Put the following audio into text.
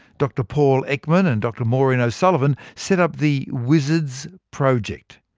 dr paul ekman and dr maureen o'sullivan set up the wizards project.